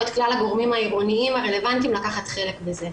את כלל הגורמים העירונים הרלבנטיים לקחת חלק בזה.